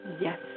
Yes